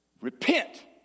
Repent